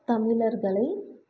தமிழர்களை